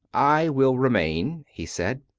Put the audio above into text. i will remain, he said.